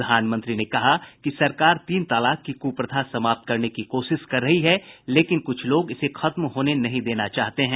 प्रधानमंत्री ने कहा कि सरकार तीन तलाक की कुप्रथा समाप्त करने की कोशिश कर रही है लेकिन कुछ लोग इसे खत्म होने नहीं देना चाहते हैं